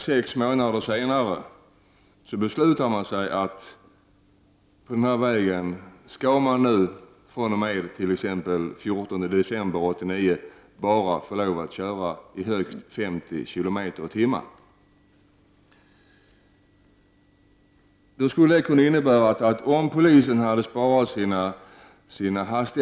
Sex månader senare beslutar man sig för att det på denna väg fr.o.m. den 14 december 1989 bara skall vara tillåtet att köra högst 50 km/tim.